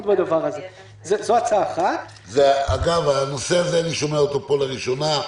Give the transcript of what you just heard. אני שומע פה לראשונה.